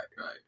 right